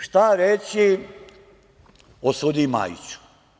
Šta reći o sudiji Majiću?